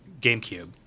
GameCube